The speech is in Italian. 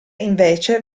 invece